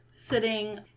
sitting